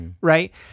Right